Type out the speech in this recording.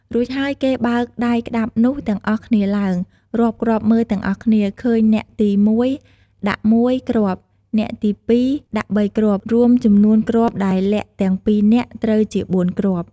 រួចហើយគេបើកដៃក្តាប់នោះទាំងអស់គ្នាឡើង រាប់គ្រាប់មើលទាំងអស់គ្នា ឃើញអ្នកទី ១ ដាក់ ១ គ្រាប់ អ្នកទី ២ ដាក់ ៣ គ្រាប់ រួមចំនួនគ្រាប់ដែលលាក់ទាំង ២ នាក់ ត្រូវជា ៤ គ្រាប់។